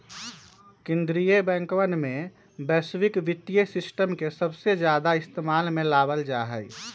कीन्द्रीय बैंकवन में वैश्विक वित्तीय सिस्टम के सबसे ज्यादा इस्तेमाल में लावल जाहई